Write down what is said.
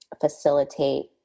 facilitate